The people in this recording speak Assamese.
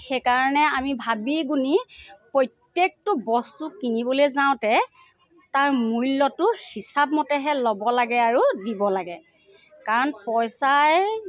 সেইকাৰণে আমি ভাবি গুণি প্ৰত্যেকটো বস্তু কিনিবলৈ যাওঁতে তাৰ মূল্যটো হিচাপমতেহে ল'ব লাগে আৰু দিব লাগে কাৰণ পইচাই